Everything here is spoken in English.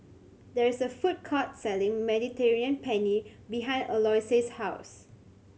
there is a food court selling Mediterranean Penne behind Eloise's house